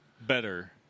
better